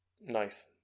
Nice